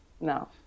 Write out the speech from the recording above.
No